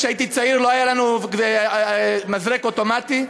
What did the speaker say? כשהייתי צעיר לא היה לנו מזרק אוטומטי,